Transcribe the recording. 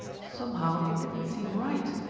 somehow it didn't seem right.